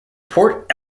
port